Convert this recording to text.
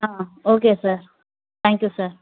ah okay sir thank you sir